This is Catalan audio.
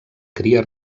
cria